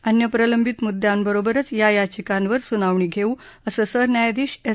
अन्य प्रलंबित मुद्द्यांबरोबरच या याचिकांवर सुनावणी घेऊ असं सरन्यायाधीश एस